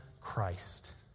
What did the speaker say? Christ